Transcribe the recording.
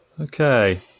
Okay